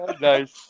Nice